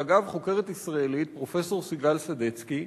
ואגב, חוקרת ישראלית, פרופסור סיגל סדצקי,